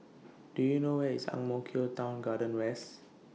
Do YOU know Where IS Ang Mo Kio Town Garden West